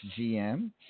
GM